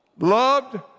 loved